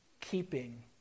keeping